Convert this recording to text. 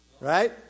right